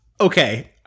Okay